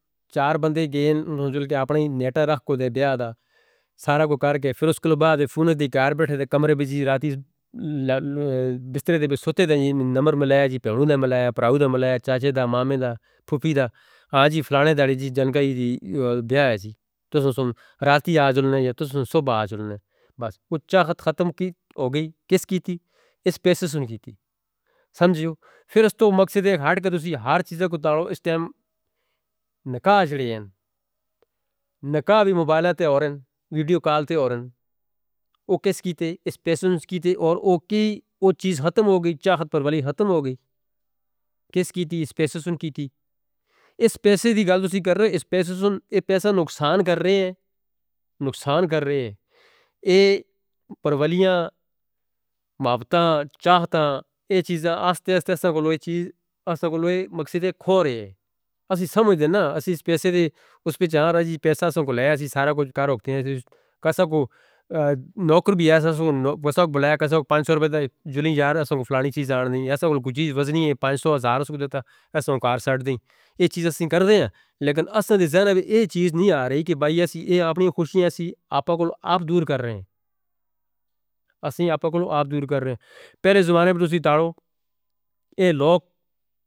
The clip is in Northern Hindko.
چار بندے گیں۔ انہوں نے جُل کے اپنے نیٹہ رکھو دے دیا دا۔ سارا کو کر کے، پھر اس کے بعد فون دی کار بیٹھے دے کمرے بیجی راتیں بسترے دے سوٹے دے نمبر ملایا جی پاہنوں دا ملایا، پاہو دا ملایا، چاچے دا، مامے دا، پھپی دا، آج فلانے دا دی جی جنکائی دی بیایا سی۔ تسوں سن راتیں آج انہوں نے یا تسوں صبح آج انہوں نے۔ بس۔ اچھا خط ختم کیت ہو گئی۔ کس کیتی؟ اس پیسہ سن کیتی۔ سمجھیو؟ پھر اس تو مقصد ایک ہٹ کہ تسیں ہر چیزہ کو تارو۔ اس ٹیم نکاح چڑھ رہے ہیں۔ نکاح بھی موبائل تے ہو رہے ہیں۔ ویڈیو کال تے ہو رہے ہیں۔ وہ کس کیتے؟ اس پیسہ سن کیتے۔ اور وہ کی وہ چیز ختم ہو گئی۔ چاہت پرولی ختم ہو گئی۔ کس کیتے؟ اس پیسہ سن کیتے۔ اس پیسے دی گل تسیں کر رہے ہیں۔ اس پیسہ نقصان کر رہے ہیں۔ نقصان کر رہے ہیں۔ پرولیوں، بابطہ، چاہتاں، یہ چیز آستے آستے اساں کو لوئے چیز مقصد کھوڑ رہے ہیں۔ اسیں سمجھ دے نا، اسیں اس پیسے دے اس پچارہ جی پیسہ سن کو لے۔ اسیں سارا کچھ کاروکتے ہیں۔ کس کو نوکر بھی ایسا سن، بسا کو بلائے، کس کو پانچ سو روپے دا جلیں یار، ایسا کو فلانی چیز آدھنی۔ ایسا کو کوئی چیز وزنی ہے، پانچ سو ہزار دے دیتا۔ اس کو کار سٹ دیں۔ یہ چیز اسیں کر رہے ہیں۔ لیکن اسنے ذہن ہے بھی یہ چیز نہیں آ رہی کہ بھائی اسیں اپنی خوشیاں اسیں آپا کو لوں آپ دور کر رہے ہیں۔ اسیں آپا کو لوں آپ دور کر رہے ہیں۔ پہلے زمانے پر تسیں تارو۔ اے لوگ